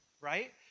right